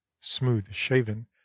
smooth-shaven